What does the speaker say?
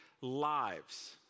lives